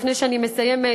לפני שאני מסיימת,